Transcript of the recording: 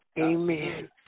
Amen